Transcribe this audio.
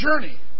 journey